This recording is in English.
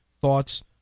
thoughts